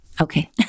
okay